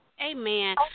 Amen